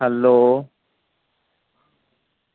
hello